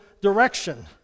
direction